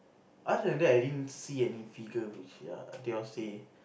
other than I didn't see any figure which they're they all say